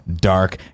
dark